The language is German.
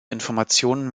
informationen